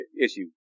issue